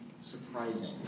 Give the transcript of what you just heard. surprising